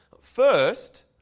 First